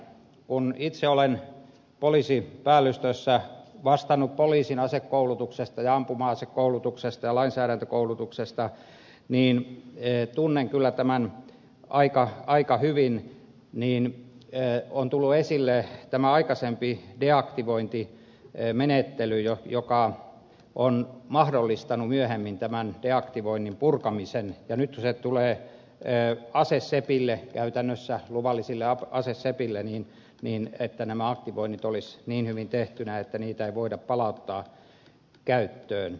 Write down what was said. kun itse olen poliisipäällystössä vastannut poliisin asekoulutuksesta ja ampuma asekoulutuksesta ja lainsäädäntökoulutuksesta ja tunnen kyllä tämän aika hyvin ja on tullut esille tämä aikaisempi deaktivointimenettely joka on mahdollistanut myöhemmin tämän deaktivoinnin purkamisen ja nyt kun se tulee asesepille käytännössä luvallisille asesepille niin pidän tärkeänä että nämä aktivoinnit olisivat niin hyvin tehtyinä että niitä ei voida palauttaa käyttöön